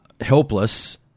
helpless